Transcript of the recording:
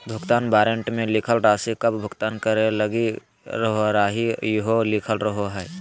भुगतान वारन्ट मे लिखल राशि कब भुगतान करे लगी रहोहाई इहो लिखल रहो हय